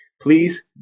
please